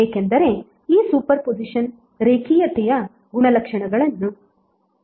ಏಕೆಂದರೆ ಈ superposition ರೇಖೀಯತೆಯ ಗುಣಲಕ್ಷಣಗಳನ್ನು ಅನುಸರಿಸುತ್ತಿದೆ